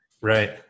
Right